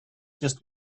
just